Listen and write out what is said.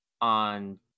on